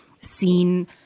seen